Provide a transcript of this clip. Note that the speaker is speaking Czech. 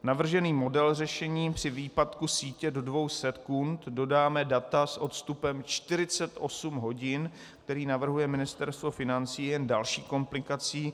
Navržený model řešení při výpadku sítě do 200 kun dodáme data s odstupem 48 hodin , který navrhuje Ministerstvo financí, je jen další komplikací.